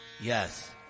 Yes